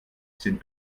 sind